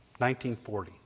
1940